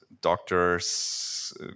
doctors